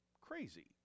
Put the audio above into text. crazy